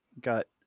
Got